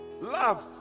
Love